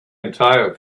entire